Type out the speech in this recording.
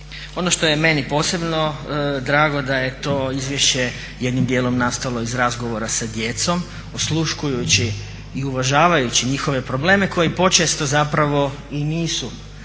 Ono što je meni posebno drago da je to izvješće jednim dijelom nastalo iz razgovora sa djecom, osluškujući i uvažavajući njihove probleme koji početo i nisu